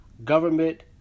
Government